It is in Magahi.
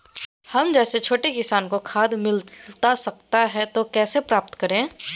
हम जैसे छोटे किसान को खाद मिलता सकता है तो कैसे प्राप्त करें?